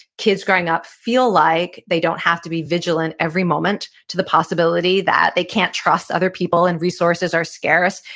kids growing up feel like they don't have to be vigilant every moment to the possibility that they can't trust other people and resources are scarce,